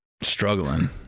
struggling